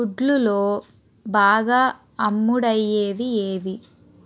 గుడ్లులో బాగా అమ్ముడయ్యేవి ఏవి